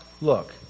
look